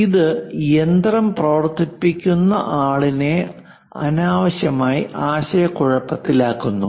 ഇത് യന്ത്രം പ്രവർത്തിപ്പിക്കുന്ന ആളിനെ അനാവശ്യമായി ആശയക്കുഴപ്പത്തിലാക്കുന്നു